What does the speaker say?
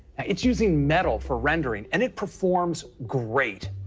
it's using metal for rendering, and it performs great.